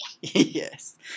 Yes